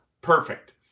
perfect